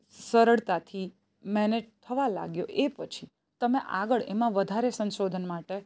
સરળતાથી મેનેજ થવા લાગ્યો એ પછી તમે આગળ એમાં વધારે સંશોધન માટે